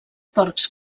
porcs